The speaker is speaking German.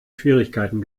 schwierigkeiten